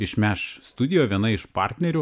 iš meš studijoj viena iš partnerių